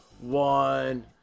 one